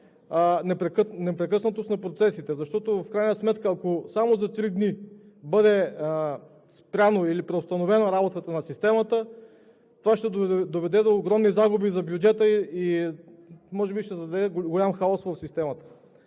непрекъснатост на процесите. В крайна сметка, ако само за три дни бъде спряна или преустановена работата на системата, това ще доведе до огромни загуби за бюджета и голям хаос в системата.